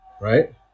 right